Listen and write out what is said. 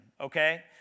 Okay